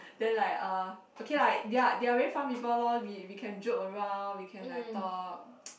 then like uh okay lah they are they are very fun people lor we we can joke around we can like talk